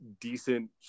decent